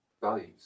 values